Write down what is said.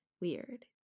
weird